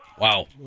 Wow